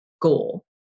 goal